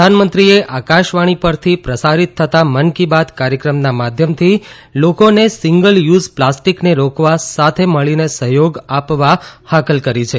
પ્રધાનમંત્રીએ આકાશવાણી પરથી પ્રસારિત થતા મન કી બાત કાર્યક્રમના માધ્યમથી લોકોને સિંગલ યુઝ પ્લાસ્ટીકને રોકવા સાથે મળીને સહયોગ આપવા હાકલ કરી છે